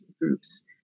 groups